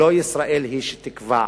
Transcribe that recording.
לא ישראל היא שתקבע.